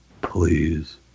Please